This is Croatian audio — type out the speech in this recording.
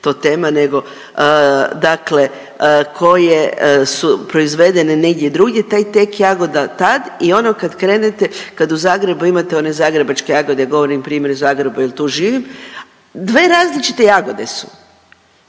to tema nego, dakle, koje su proizvedene negdje drugdje, taj tek jagoda tad i ono kad krenete, kad u Zagrebu imate one zagrebačke jagode, govorim primjer Zagrebu jer tu živim, 2 različite jagode su.